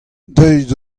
deuet